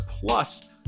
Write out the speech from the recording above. plus